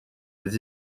des